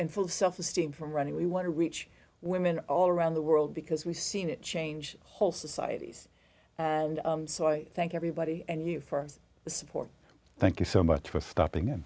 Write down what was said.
and full self esteem from running we want to reach women all around the world because we've seen it change whole societies and so i thank everybody and you for the support thank you so much for stopping